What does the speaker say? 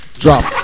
drop